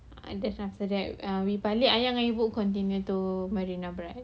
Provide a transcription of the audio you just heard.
and then after that ah we balik ayah dengan ibu continue to marina bridge